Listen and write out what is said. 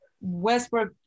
Westbrook